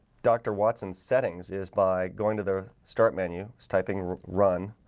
dr watson's settings is by going to the start menu typing run